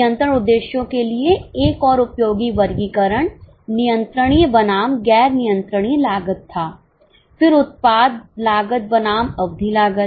नियंत्रण उद्देश्यों के लिए एक और उपयोगी वर्गीकरण नियंत्रणीय बनाम गैर नियंत्रणीय लागत था फिर उत्पाद लागत बनाम अवधि लागत